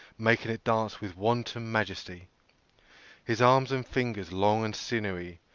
making it dance with wanton majesty his arms and fingers long and sinewy,